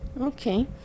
Okay